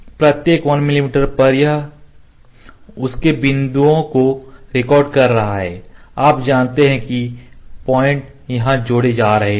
प्रत्येक 1 मिमी पर यह उनके बिंदुओं को रिकॉर्ड कर रहा है आप जानते हैं कि पॉइंट यहां जोड़े जा रहे हैं